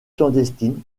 clandestine